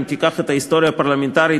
אם תיקח את ההיסטוריה הפרלמנטרית,